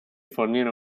fornire